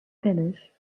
finish